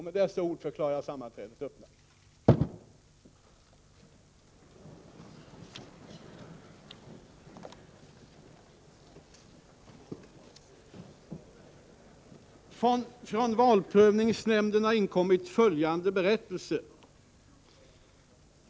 Med dessa ord förklarar jag sammanträdet öppnat.